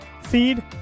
feed